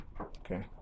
Okay